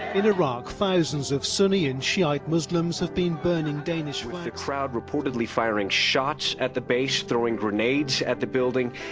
in iraq, thousands of sunni and shiite muslims have been burning danish, the crowd reportedly firing shots at the base, throwing grenades at the building.